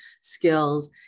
skills